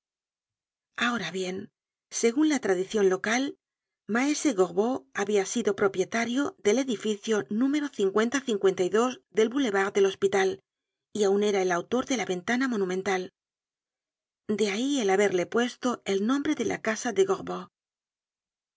ahora bien segun la tradicion local maese gorbeau habia sido propi etario del edificio número del boulevard del hospital y aun era el autor de la ventana monumental de ahí el haberle puesto el nombre de casa de